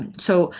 and so,